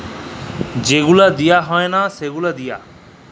যে গুলা দিঁয়া হ্যয় লায় সে গুলা দিঁয়া